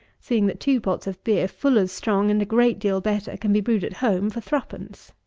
seeing that two pots of beer, full as strong, and a great deal better, can be brewed at home for threepence.